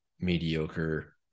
mediocre